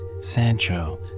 sancho